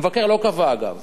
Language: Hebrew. המבקר לא קבע, אגב.